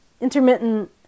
Intermittent